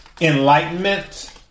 enlightenment